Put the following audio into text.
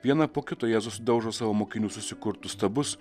vieną po kito jėzus daužo savo mokinių susikurtus stabus